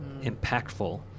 impactful